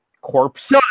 corpse